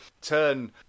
turn